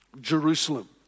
Jerusalem